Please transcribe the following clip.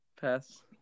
pass